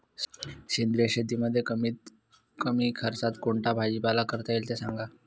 सेंद्रिय शेतीमध्ये कमीत कमी खर्चात कोणता भाजीपाला करता येईल ते सांगा